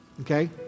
Okay